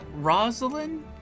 Rosalind